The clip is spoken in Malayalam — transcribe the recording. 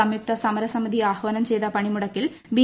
സംയുക്ത സമരസമിതി ആഹ്വാനം ചെയ്ത് പണിമുടക്കിൽ ബി